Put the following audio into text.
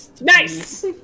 Nice